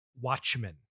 Watchmen